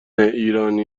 ایرانی